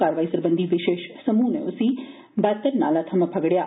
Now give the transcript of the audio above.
कारवाइएं सरबंधी विशेष समूह नै उसी बटर नाला थमां फगड़ेआ